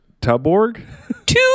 Tuborg